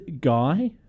Guy